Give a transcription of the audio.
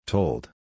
Told